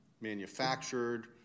manufactured